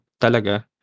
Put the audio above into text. talaga